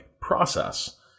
process